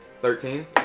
Thirteen